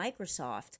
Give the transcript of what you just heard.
Microsoft